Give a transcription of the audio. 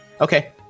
Okay